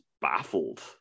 baffled